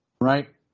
right